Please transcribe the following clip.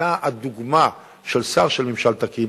ואתה הדוגמה של שר של ממשל תקין,